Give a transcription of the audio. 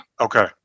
okay